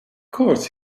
course